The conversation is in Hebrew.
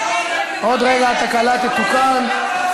עוד רגע התקלה תתוקן.